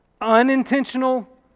unintentional